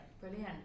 Brilliant